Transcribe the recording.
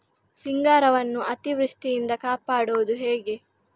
ಸಿಂಗಾರವನ್ನು ಅತೀವೃಷ್ಟಿಯಿಂದ ಕಾಪಾಡುವುದು ಹೇಗೆ?